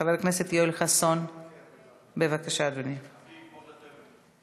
חבר הכנסת יואל חסון, בבקשה, אדוני.